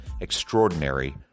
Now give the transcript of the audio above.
extraordinary